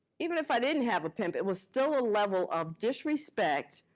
even if i didn't have a pimp, it was still a level of disrespect,